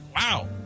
wow